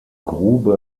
grube